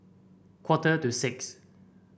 quarter to six